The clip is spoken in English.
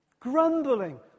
Grumbling